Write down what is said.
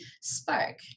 spark